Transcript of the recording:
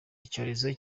icyorezo